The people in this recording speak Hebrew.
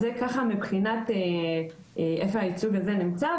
אז זה מבחינת איפה הייצוג הזה נמצא,